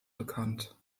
bekannt